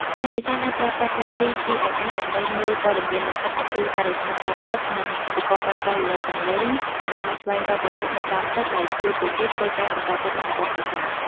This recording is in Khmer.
អ្នកនេសាទអាចប្រើប្រាស់ផែនទី GIS ដើម្បីមើលព័ត៌មានលម្អិតអំពីបរិស្ថានក្រោមទឹក និង ឧបករណ៍ប្រើប្រាស់រលកសំឡេងដើម្បីស្វែងរកវត្ថុនៅក្រោមទឹក ដែលជួយពួកគេធ្វើការសម្រេចចិត្តបានល្អប្រសើរ។